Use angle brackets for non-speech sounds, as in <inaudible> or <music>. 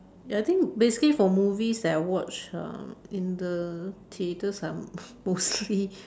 ya I think basically for movies that I watch um in the theatres are mostly <laughs>